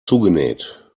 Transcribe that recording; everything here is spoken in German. zugenäht